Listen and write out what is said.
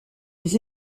les